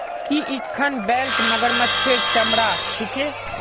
की इखन बेल्ट मगरमच्छेर चमरार छिके